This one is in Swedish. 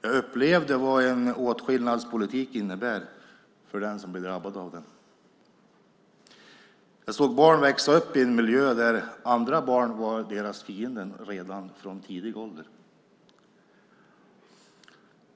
Jag upplevde vad en åtskillnadspolitik innebär för den som blir drabbad av den. Jag såg barn växa upp i en miljö där andra barn var deras fiender redan från tidig ålder.